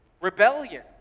rebellion